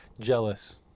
jealous